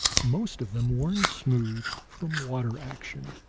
most of them worn smooth from water action.